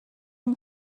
اون